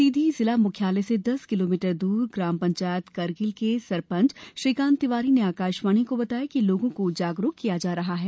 सीधी जिला मुख्यालय से दस किलोमीटर दूर ग्राम पंचायत करगिल के सरपंच श्रीकांत तिवारी ने आकाशवाणी को बताया कि लोगों को जागरुक भी किया जा रहा है